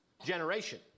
Generation